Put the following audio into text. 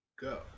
go